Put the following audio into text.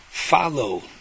follow